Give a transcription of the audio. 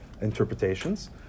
interpretations